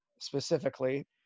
specifically